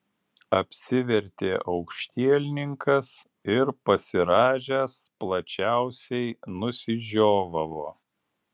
apsivertė aukštielninkas ir pasirąžęs plačiausiai nusižiovavo